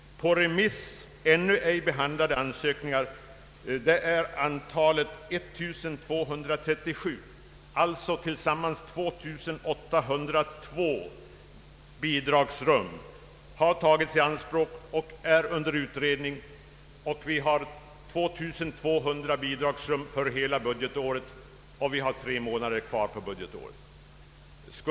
Antalet ännu ej behandlade ansökningar är 1237. Tillsammans är 2802 bidragsrum ianspråktagna eller under utredning. Det totala antalet bidragsrum för budgetåret är 2200, och tre månader av budgetåret återstår.